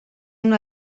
una